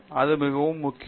அது மிகவும் முக்கியம்